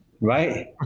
Right